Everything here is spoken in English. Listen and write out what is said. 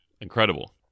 incredible